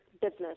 business